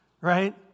right